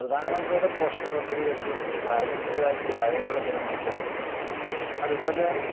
പ്രധാനമന്ത്രിയുടെ പോഷകപദ്ധതിയിൽ അധികവും ദാരിദ്ര്യരേഖയ്ക്കു താഴെയുള്ള ജനങ്ങൾക്കും അതുപോലെ